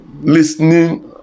listening